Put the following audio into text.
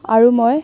আৰু মই